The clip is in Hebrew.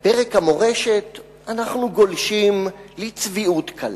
בפרק המורשת, אנחנו גולשים לצביעות קלה.